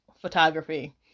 photography